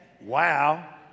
Wow